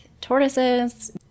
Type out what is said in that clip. tortoises